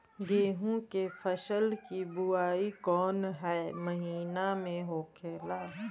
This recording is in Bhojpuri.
गेहूँ के फसल की बुवाई कौन हैं महीना में होखेला?